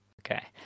okay